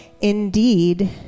Indeed